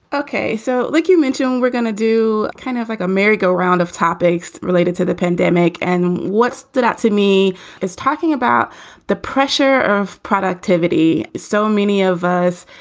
ok. so like you mentioned, we're going to do kind of like a merry go round of topics related to the pandemic. and what stood out to me is talking about the pressure of productivity so many of us,